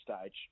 stage